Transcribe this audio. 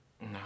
No